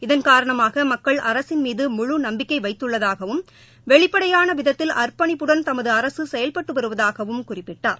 இதன் காரணமாக மக்கள் அரசின் மீது முழு நம்பிக்கை வைத்துள்ளதாகவும் வெளிப்படையாள விதத்தில் அர்ப்பணிப்புடன் தமது அரசு செயல்பட்டு வருவதாகவும் குறிப்பிட்டார்